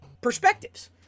perspectives